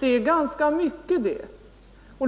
Det är ganska mycket.